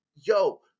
yo